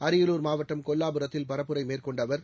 அரியலூர் மாவட்டம் கொல்லாபுரத்தில் பரப்புரை மேற்கொண்ட அவர்